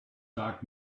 doc